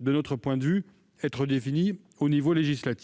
de notre point de vue, être fixée dans la loi.